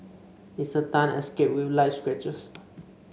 Mister Tan escaped with light scratches